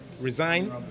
Resign